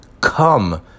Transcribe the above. come